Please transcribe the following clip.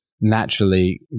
naturally